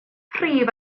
prif